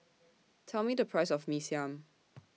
Tell Me The Price of Mee Siam